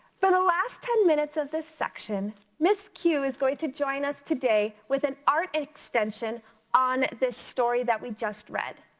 but last ten minutes of this section, ms. q is going to join us today with an art extension on this story that we just read.